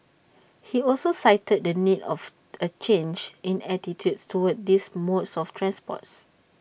he also cited the need of A change in attitudes towards these modes of transport